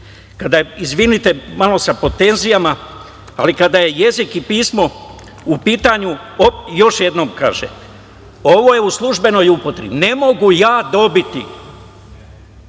bole. Izvinite, malo sam pod tenzijama. Kada je jezik i pismo u pitanju, još jednom kaže, ovo je u službenoj upotrebi, ne mogu ja dobiti